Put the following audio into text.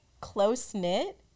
close-knit